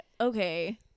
okay